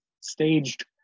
staged